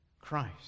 Christ